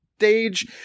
stage